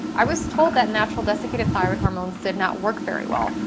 i was told that natural desiccated thyroid hormones did not work very well.